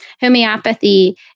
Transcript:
homeopathy